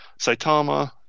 Saitama